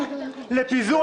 שחייב להתפטר,